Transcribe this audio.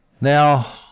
Now